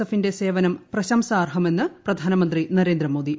എഫിന്റെ സ്റ്റേവനം പ്രശംസാർഹമാണ്ട്രെന്ന് പ്രിധാനമന്ത്രി നരേന്ദ്രമോദി